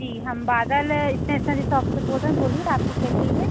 जी हम Badal stationery shop से बोल रहे हैं बोलिए आपको क्या चाहिए